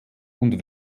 und